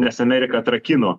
nes ameriką atrakino